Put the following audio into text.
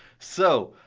so,